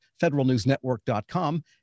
federalnewsnetwork.com